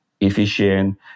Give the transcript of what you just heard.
efficient